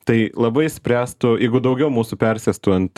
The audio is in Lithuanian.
tai labai išspręstų jeigu daugiau mūsų persėstų ant